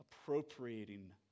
appropriating